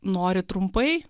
nori trumpai